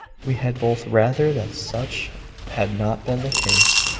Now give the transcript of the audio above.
we had both rather that such had not been the case.